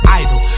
idol